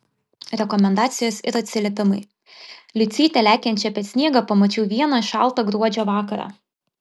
rekomendacijos ir atsiliepimai liucytę lekiančią per sniegą pamačiau vieną šaltą gruodžio vakarą